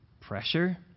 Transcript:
pressure